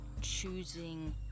choosing